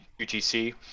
UTC